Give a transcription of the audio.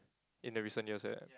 in the recent years where